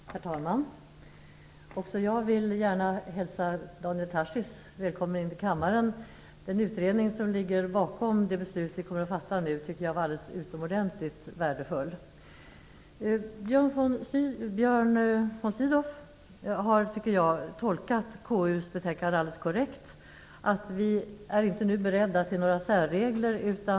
Herr talman! Också jag vill gärna hälsa Daniel Tarschys välkommen in i kammaren. Den utredning som ligger bakom det beslut vi kommer att fatta nu är utomordentligt värdefull. Björn von Sydow har tolkat konstitutionsutskottets betänkande alldeles korrekt. Vi är inte nu beredda till några särregler.